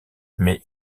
mais